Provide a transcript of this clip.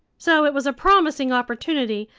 so it was a promising opportunity,